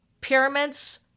Pyramids